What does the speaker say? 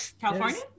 California